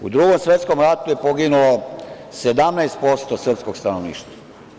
U Drugom svetskom ratu je poginulo 17% srpskog stanovništva.